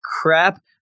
crap